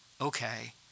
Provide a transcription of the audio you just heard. okay